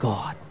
God